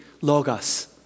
logos